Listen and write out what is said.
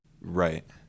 Right